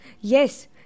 Yes